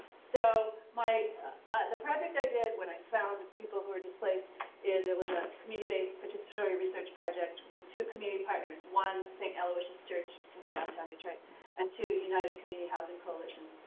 so the project i did when i found people who were displaced is, it was a community based participatory research project with two community partners, one st. aloysius church in downtown detroit and two, united community housing coalition,